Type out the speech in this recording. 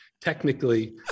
Technically